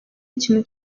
ikintu